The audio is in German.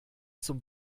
zum